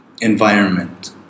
environment